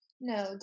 No